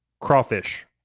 Crawfish